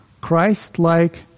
Christ-like